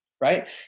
Right